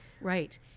Right